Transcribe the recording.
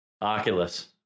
oculus